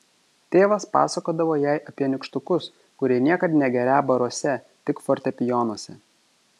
tėvas pasakodavo jai apie nykštukus kurie niekad negerią baruose tik fortepijonuose